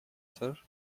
sir